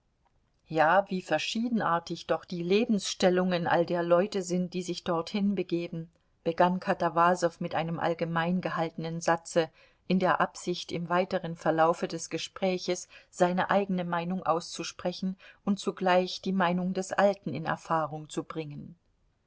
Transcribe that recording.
ja wie verschiedenartig doch die lebensstellungen all der leute sind die sich dorthin begeben begann katawasow mit einem allgemein gehaltenen satze in der absicht im weiteren verlaufe des gespräches seine eigene meinung auszusprechen und zugleich die meinung des alten in erfahrung zu bringen